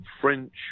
French